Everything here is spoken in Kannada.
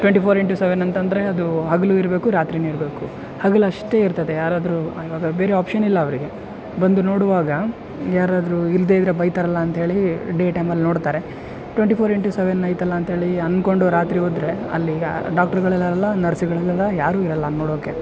ಟ್ವೆಂಟಿ ಫೋರ್ ಇಂಟು ಸೆವೆನ್ ಅಂತಂದ್ರೆ ಅದು ಹಗಲೂ ಇರಬೇಕು ರಾತ್ರಿಯು ಇರಬೇಕು ಹಗಲು ಅಷ್ಟೇ ಇರ್ತದೆ ಯಾರಾದರು ಇವಾಗ ಬೇರೆ ಆಪ್ಷನ್ ಇಲ್ಲ ಅವರಿಗೆ ಬಂದು ನೋಡುವಾಗ ಯಾರಾದರು ಇಲ್ದೆ ಇದ್ರೆ ಬೈತಾರಲ್ಲ ಅಂಥೇಳಿ ಡೇ ಟೈಮಲ್ಲಿ ನೋಡ್ತಾರೆ ಟ್ವೆಂಟಿ ಫೋರ್ ಇಂಟು ಸೆವೆನ್ ಐತಲ್ಲ ಅಂಥೇಳಿ ಅಂದ್ಕೊಂಡು ರಾತ್ರಿ ಹೋದ್ರೆ ಅಲ್ಲಿ ಡಾಕ್ಟ್ರ್ಗಳು ಇರೋಲ್ಲ ನರ್ಸ್ಗಳು ಇರೋಲ್ಲ ಯಾರು ಇರೋಲ್ಲ ನೋಡೋಕ್ಕೆ